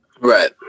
Right